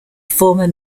former